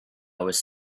was